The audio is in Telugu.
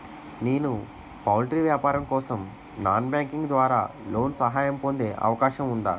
నేను పౌల్ట్రీ వ్యాపారం కోసం నాన్ బ్యాంకింగ్ ద్వారా లోన్ సహాయం పొందే అవకాశం ఉందా?